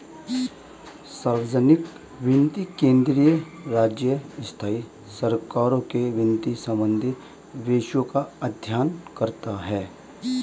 सार्वजनिक वित्त केंद्रीय, राज्य, स्थाई सरकारों के वित्त संबंधी विषयों का अध्ययन करता हैं